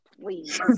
Please